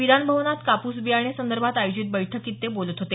विधानभवनात कापूस बियाणेसंदर्भात आयोजित बैठकीत ते बोलत होते